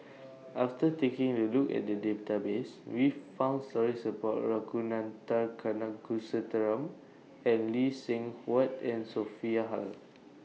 after taking A Look At The Database We found stories about Ragunathar Kanagasuntheram and Lee Seng Huat and Sophia Hull